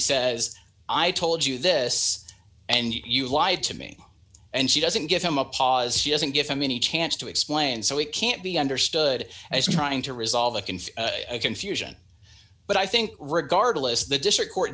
says i told you this and you lied to me and she doesn't give him a pause she doesn't give him any chance to explain so he can't be understood as trying to resolve the conflict confusion but i think regardless the district court